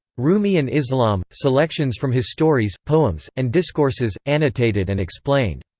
rumi and islam selections from his stories, poems, and discourses, annotated and explained.